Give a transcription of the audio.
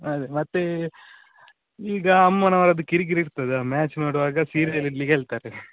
ಅದೇ ಮತ್ತೆ ಈಗ ಈಗ ಅಮ್ಮನವ್ರದ್ದು ಕಿರಿಕಿರಿ ಇರ್ತದೆ ಮ್ಯಾಚ್ ನೋಡುವಾಗ ಸೀರಿಯಲ್ ಇಡ್ಲಿಕ್ಕೆ ಹೇಳ್ತರೆ